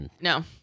No